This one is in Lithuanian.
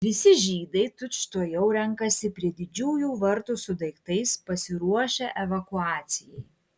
visi žydai tučtuojau renkasi prie didžiųjų vartų su daiktais pasiruošę evakuacijai